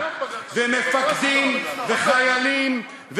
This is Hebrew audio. ומפקדים וחיילים,